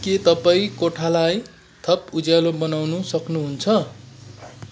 के तपाईँ कोठालाई थप उज्यालो बनाउन सक्नुहुन्छ